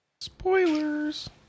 Spoilers